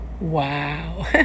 Wow